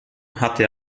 hatte